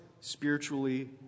spiritually